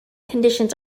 conditions